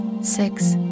six